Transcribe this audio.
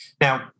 Now